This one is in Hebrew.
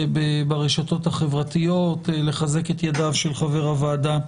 ברשתות החברתיות - לחזק את ידיו של חבר הוועדה,